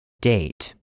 Date